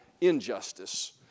injustice